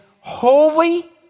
holy